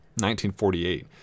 1948